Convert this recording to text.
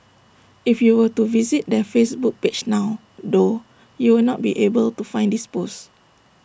if you were to visit their Facebook page now though you will not be able to find this pose